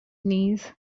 knees